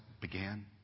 Began